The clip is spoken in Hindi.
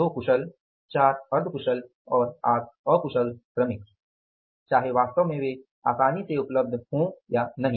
2 कुशल 4 अर्ध कुशल और 8 अकुशल श्रमिक चाहे वास्तव में वे आसानी से उपलब्ध हैं या नहीं